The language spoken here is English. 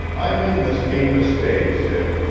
i'm in this game to stay, sid,